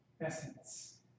essence